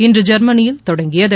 இன்று ஜெர்மனியில் தொடங்கியது